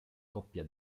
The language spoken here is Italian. coppia